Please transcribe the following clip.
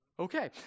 Okay